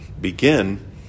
begin